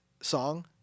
song